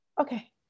okay